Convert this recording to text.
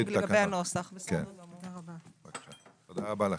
תודה רבה לכם.